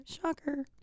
Shocker